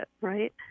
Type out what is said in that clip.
right